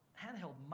handheld